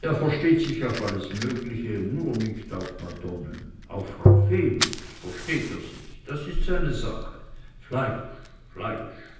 er versteht sich auf alles mögliche nur nicht auf madonnen auf frau venus versteht er sich das ist seine sache fleisch fleisch